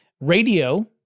radio